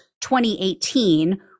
2018